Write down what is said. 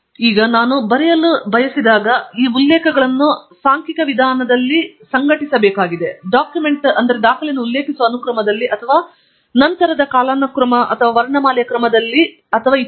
ಆದ್ದರಿಂದ ನಾವು ನಂತರ ಬರೆಯಲು ಬಯಸಿದಾಗ ನಾವು ಮೂಲಭೂತವಾಗಿ ಈ ಉಲ್ಲೇಖಗಳನ್ನು ಸಾಂಖ್ಯಿಕ ವಿಧಾನದಲ್ಲಿ ಸಂಘಟಿಸಬೇಕಾಗಿದೆ ಡಾಕ್ಯುಮೆಂಟ್ ಅನ್ನು ಉಲ್ಲೇಖಿಸುವ ಅನುಕ್ರಮದಲ್ಲಿ ಅಥವಾ ನಂತರದ ಕಾಲಾನುಕ್ರಮದ ಅಥವಾ ವರ್ಣಮಾಲೆಯ ಕ್ರಮದಲ್ಲಿ ಇನ್ನೊಂದು ನಂತರ